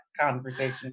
conversation